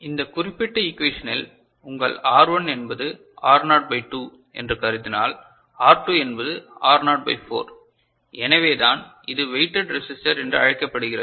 இந்த குறிப்பிட்ட ஈகுவேஷனில் உங்கள் R1 என்பது R0 பை 2 என்று கருதினால் R2 என்பது R0 பை 4 எனவேதான் இது வெய்டெட் ரெசிஸ்டர் என்று அழைக்கப்படுகிறது